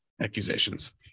Accusations